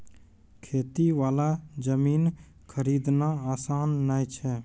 खेती वाला जमीन खरीदना आसान नय छै